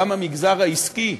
גם המגזר העסקי,